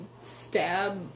stab